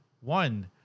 one